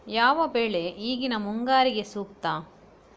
ಯಾವ ಬೆಳೆ ಈಗಿನ ಮುಂಗಾರಿಗೆ ಸೂಕ್ತ?